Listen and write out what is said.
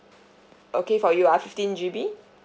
okay for you ah fifteen G_B